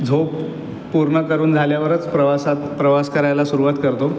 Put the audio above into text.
झोप पूर्ण करून झाल्यावरच प्रवासात प्रवास करायला सुरुवात करतो